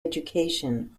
education